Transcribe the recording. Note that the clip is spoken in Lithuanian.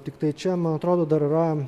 tiktai čia man atrodo dar yra